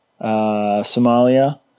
Somalia